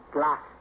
Glass